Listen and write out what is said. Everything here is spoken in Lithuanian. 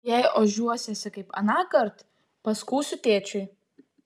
jei ožiuosiesi kaip anąkart paskųsiu tėčiui